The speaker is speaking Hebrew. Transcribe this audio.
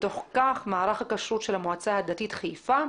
בתוך כך, במערך הכשרות של המועצה הדתית חיפה,